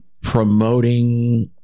promoting